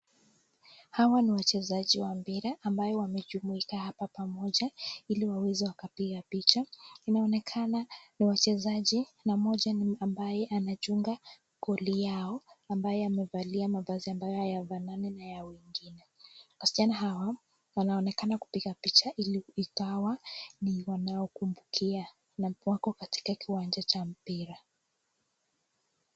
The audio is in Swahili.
Hawa ni wachezaji wa mpira ambayo wamejumuika hapa pamoja ili waweze wakapiga picha. Inaonekana ni wachezaji na mmoja ambaye anachunga goli yao ambaye amevalia mavazi ambayo hayafanani na ya wengine. Wasichana hawa wanaonekana kupiga picha ili ikawa ni ya wanaokumbukia na wako katika kiwanja cha mpira.